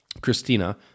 Christina